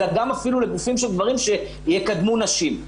אלא גם אפילו לגופים של גברים שיקדמו נשים.